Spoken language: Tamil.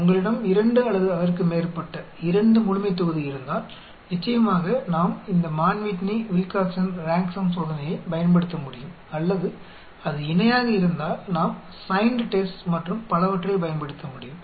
உங்களிடம் 2 அல்லது அதற்கு மேற்பட்ட 2 முழுமைத்தொகுதி இருந்தால் நிச்சயமாக நாம் இந்த Mann Whitney Wilcoxon rank sum சோதனையைப் பயன்படுத்த முடியும் அல்லது அது இணையாக இருந்தால் நாம் சைன்ட் டெஸ்ட் மற்றும் பலவற்றைப் பயன்படுத்த முடியும்